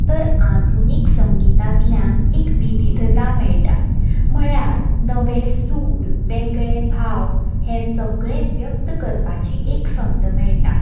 तर आधुनीक संगितांतल्यान एक विविधता मेळटा म्हळ्यार नवें सूर वेगळे भाव हें सगळें व्यक्त करपाची एक संद मेळटा